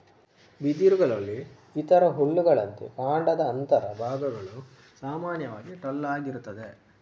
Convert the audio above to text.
ಬಿದಿರುಗಳಲ್ಲಿ ಇತರ ಹುಲ್ಲುಗಳಂತೆ ಕಾಂಡದ ಅಂತರ ಭಾಗಗಳು ಸಾಮಾನ್ಯವಾಗಿ ಟೊಳ್ಳಾಗಿರುತ್ತದೆ